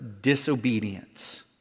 disobedience